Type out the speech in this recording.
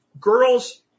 girls